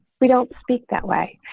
we don't speak that way.